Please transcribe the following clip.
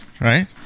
right